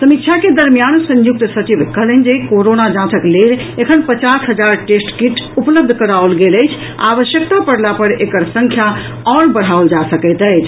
समीक्षा के दरमियान संयुक्त सचिव कहलनि जे कोरोना जांचक लेल एखन पचास हजार टेस्ट किट उपलब्ध कराओल गेल अछि आ आवश्यकता पड़ला पर एकर संख्या आओर बढ़ाओल जा सकैत अछि